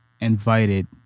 invited